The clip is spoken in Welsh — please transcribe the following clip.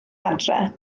adre